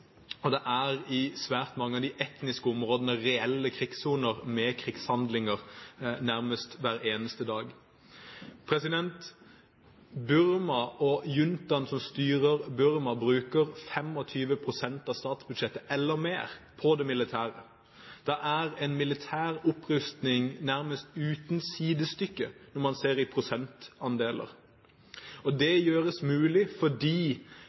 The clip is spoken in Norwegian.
i svært mange av de etniske områdene er det reelle krigssoner med krigshandlinger nærmest hver eneste dag. Burma – og juntaen som styrer Burma – bruker 25 pst. eller mer av statsbudsjettet på det militære. Det er en militær opprustning nærmest uten sidestykke når man ser på prosentandeler. Dette er mulig fordi